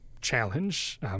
challenge